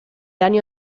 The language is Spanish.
año